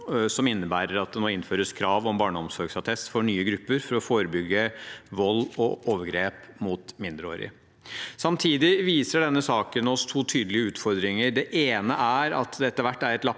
som innebærer at det nå innføres krav om barneomsorgsattest for nye grupper, for å forebygge vold og overgrep mot mindreårige. Samtidig viser denne saken oss to tydelige utfordringer. Det ene er at det etter hvert er et lappeteppe